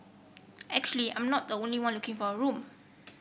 actually I'm not the only one looking for a room